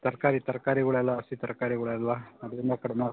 ತರಕಾರಿ ತರ್ಕಾರಿಗಳೆಲ್ಲ ಹಸಿ ತರ್ಕಾರಿಗಳೆಲ್ಲ ಅದರಿಂದ ಕಡಿಮೆ ಆಯ್ತ್